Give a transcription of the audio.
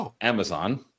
Amazon